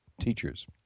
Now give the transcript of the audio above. teachers